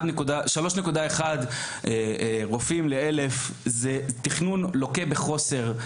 3.1 רופאים ל-1,000 זה תכנון שלוקה בחוסר.